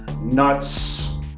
Nuts